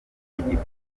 igifungo